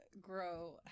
grow